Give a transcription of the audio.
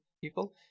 people